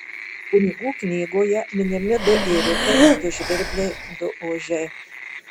kunigų knygoje minimi du ėriukai du žvirbliai du ožiai